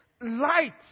light